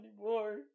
anymore